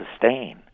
sustain